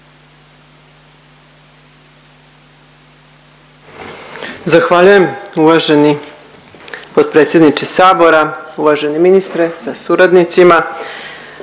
Zahvaljujem uvaženi potpredsjedniče sabora. Uvaženi ministre sa suradnicima,